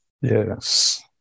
Yes